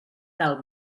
del